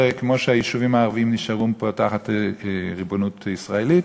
שכמו שהיישובים הערביים נשארו פה תחת ריבונות ישראלית,